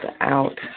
out